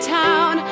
town